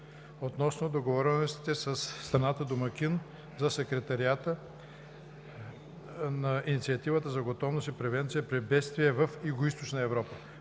относно договореностите със страната домакин за Секретариата на Инициативата за готовност и превенция при бедствия в Югоизточна Европа,